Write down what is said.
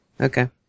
Okay